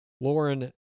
Lauren